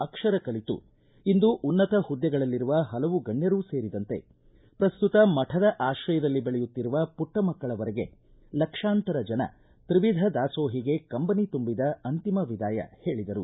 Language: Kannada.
ಅಕ್ಷರ ಕಲಿತು ಇಂದು ಉನ್ನತ ಹುದ್ದೆಗಳಲ್ಲಿರುವ ಹಲವು ಗಣ್ಯರೂ ಸೇರಿದಂತೆ ಪ್ರಸ್ತುತ ಮಠದ ಆಕ್ರಯದಲ್ಲಿ ಬೆಳೆಯುತ್ತಿರುವ ಪುಟ್ಟ ಮಕ್ಕಳ ವರೆಗೆ ಲಕ್ಷಾಂತರ ಜನ ತ್ರಿವಿಧ ದಾಸೋಹಿಗೆ ಕಂಬನಿ ತುಂಬಿದ ಅಂತಿಮ ವಿದಾಯ ಹೇಳಿದರು